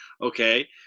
Okay